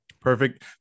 Perfect